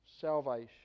salvation